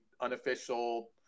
unofficial